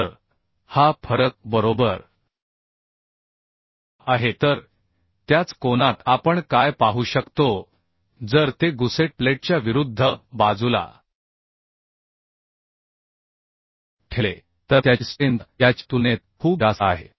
तर हा फरक बरोबर आहे तर त्याच कोनात आपण काय पाहू शकतो जर ते गुसेट प्लेटच्या विरुद्ध बाजूला ठेवले तर त्याची स्ट्रेंथ याच्या तुलनेत खूप जास्त आहे